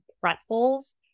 pretzels